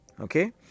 Okay